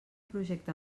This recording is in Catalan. projecte